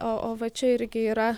o o va čia irgi yra